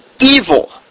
evil